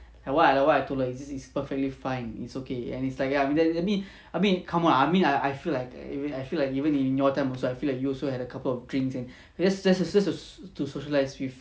like what I like what I told her it's perfectly fine it's okay and it's like ya I mean I mean come on I mean I I feel like I feel like even in your time also I feel like you also had a couple of drinks and it's just to to socialise with